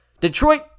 Detroit